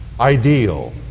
ideal